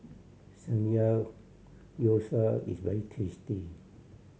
Samgeyopsal is very tasty